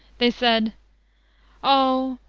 they said o,